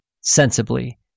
sensibly